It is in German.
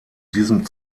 diesem